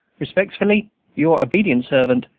respectfully your obedient servant,